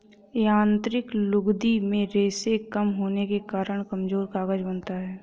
यांत्रिक लुगदी में रेशें कम होने के कारण कमजोर कागज बनता है